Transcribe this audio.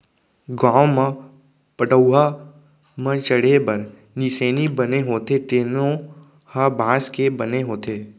गाँव म पटअउहा म चड़हे बर निसेनी बने होथे तेनो ह बांस के बने होथे